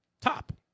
Top